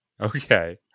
Okay